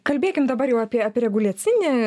kalbėkim dabar jau apie apie reguliacinį